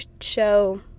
show